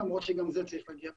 למרות שגם זה צריך להגיע --- אולי,